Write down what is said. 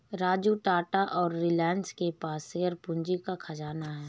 राजू टाटा और रिलायंस के पास शेयर पूंजी का खजाना है